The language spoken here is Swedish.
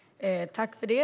Vad tänker ni göra?